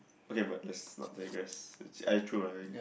okay but let's not digress it's I true ah I